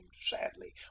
sadly